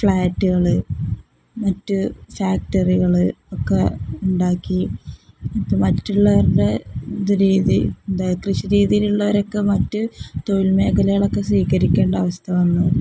ഫ്ലാറ്റുകൾ മറ്റ് ഫാക്ടറികൾ ഒക്കെ ഉണ്ടാക്കി അപ്പം മറ്റുള്ളവരുടെ ഇത് രീതി എന്താണ് കൃഷി രീതിയിലുള്ളവരൊക്കെ മറ്റ് തൊഴിൽമേഖലകളൊക്കെ സ്വീകരിക്കേണ്ട അവസ്ഥ വന്നത്